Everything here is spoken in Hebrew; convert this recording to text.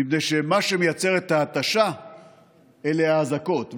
מפני שמה שמייצר את ההתשה זה האזעקות.